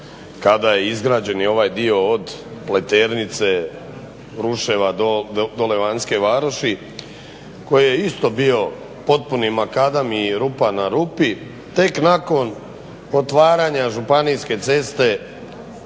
kada je izgrađen i ovaj dio od Pleternice, Ruševa do …/Govornik se ne razumije./… koji je isto bio potpuni makadam i rupa na rupi. Tek nakon otvaranja županijske ceste